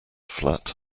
flat